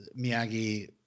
Miyagi